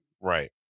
right